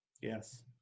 Yes